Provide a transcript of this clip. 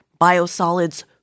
biosolids